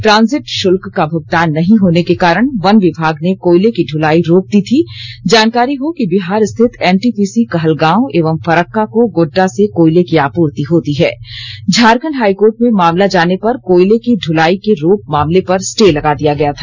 transit शुल्क का भुगतान नहीं होने के कारण वन विभाग ने कोयले की दुलाई रोक दी थी जानकारी हो कि बिहार स्थित एनटीपीसी कहलगांव एवं फरक्का को गोड्डा से कोयले की आपूर्ति होती है झारखंड हाई कोर्ट में मामला जाने पर कोयले की ढुलाई के रोक मामले पर स्टे लगा दिया गया था